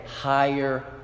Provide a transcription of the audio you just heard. higher